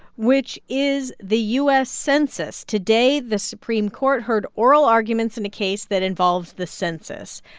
which is the u s. census. today, the supreme court heard oral arguments in a case that involves the census.